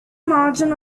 margin